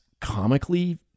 comically